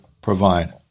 provide